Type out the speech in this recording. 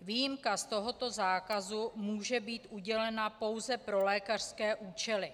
Výjimka z tohoto zákazu může být udělena pouze pro lékařské účely.